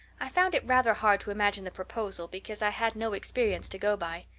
i found it rather hard to imagine the proposal because i had no experience to go by.